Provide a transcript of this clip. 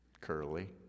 Curly